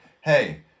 hey